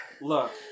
look